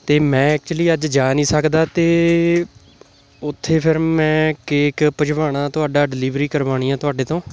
ਅਤੇ ਮੈਂ ਐਕੁਚਲੀ ਅੱਜ ਜਾ ਨਹੀਂ ਸਕਦਾ ਅਤੇ ਉੱਥੇ ਫਿਰ ਮੈਂ ਕੇਕ ਭਿਜਵਾਉਣਾ ਤੁਹਾਡਾ ਡਿਲੀਵਰੀ ਕਰਵਾਉਣੀ ਆ ਤੁਹਾਡੇ ਤੋਂ